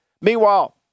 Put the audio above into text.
Meanwhile